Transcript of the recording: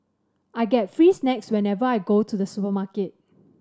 I get free snacks whenever I go to the supermarket